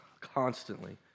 constantly